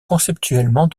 conceptuellement